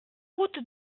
route